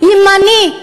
ימני,